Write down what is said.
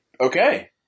Okay